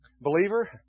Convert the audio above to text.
Believer